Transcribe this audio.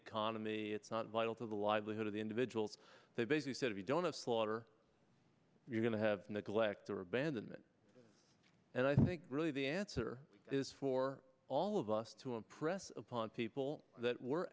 economy it's not vital to the livelihood of the individual they basically said we don't have slaughter you're going to have neglect or abandonment and i think really the answer is for all of us to impress upon people that we're